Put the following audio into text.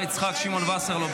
השר וסרלאוף,